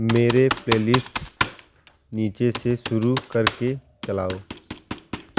मेरी प्लेलिस्ट नीचे से शुरू कर के चलाओ